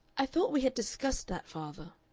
i thought we had discussed that, father.